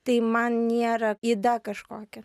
tai man nėra yda kažkokia